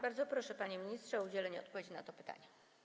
Bardzo proszę, panie ministrze, o udzielenie odpowiedzi na to pytanie.